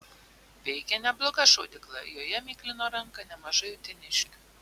veikė nebloga šaudykla joje miklino ranką nemažai uteniškių